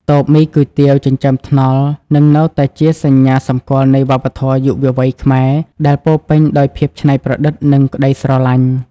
តូបមីគុយទាវចិញ្ចើមថ្នល់ នឹងនៅតែជាសញ្ញាសម្គាល់នៃវប្បធម៌យុវវ័យខ្មែរដែលពោរពេញដោយភាពច្នៃប្រឌិត និងក្តីស្រឡាញ់។